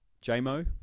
J-Mo